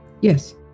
Yes